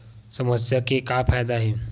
समस्या के का फ़ायदा हे?